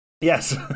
Yes